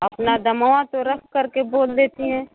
अपना दमोह तो रख कर के बोल देती हैं